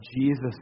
Jesus